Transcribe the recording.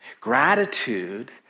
Gratitude